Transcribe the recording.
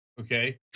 Okay